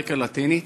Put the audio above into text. אמריקה הלטינית.